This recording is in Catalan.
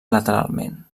lateralment